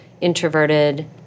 introverted